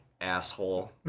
asshole